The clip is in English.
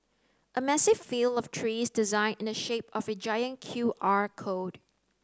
a massive field of trees designed in the shape of a giant Q R code